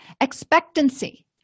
Expectancy